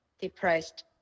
depressed